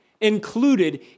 included